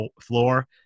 floor